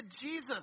Jesus